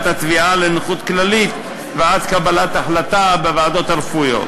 התביעה לנכות כללית ועד קבלת החלטה בוועדות הרפואיות,